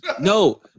No